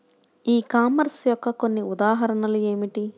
ఈ ecommerce కొన్ని ఉదాహరణలు ఏమిటి?